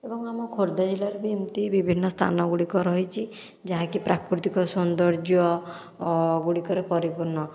ଏବଂ ଆମ ଖୋର୍ଦ୍ଧା ଜିଲ୍ଲାର ବି ଏମତି ବିଭିନ୍ନ ସ୍ଥାନ ଗୁଡ଼ିକ ରହିଛି ଯାହାକି ପ୍ରାକୃତିକ ସୌନ୍ଦର୍ଯ୍ୟ ଗୁଡ଼ିକରେ ପରିପୂର୍ଣ